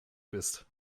bist